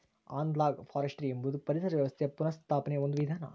analogue forestry ಎಂಬುದು ಪರಿಸರ ವ್ಯವಸ್ಥೆಯ ಪುನಃಸ್ಥಾಪನೆಯ ಒಂದು ವಿಧಾನ